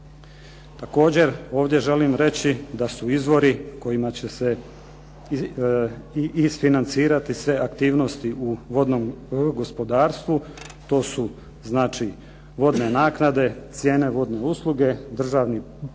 Također ovdje želim reći da su izvori iz kojih će se isfinancirati sve aktivnosti u vodnom gospodarstvu to su znači, vodne naknade, cijene vodne usluge, državni proračun